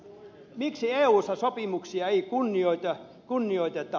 miksi eussa sopimuksia ei kunnioiteta